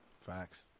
Facts